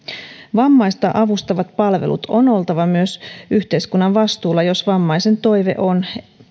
vammaista avustavien palvelujen on oltava myös yhteiskunnan vastuulla jos vammaisen toive on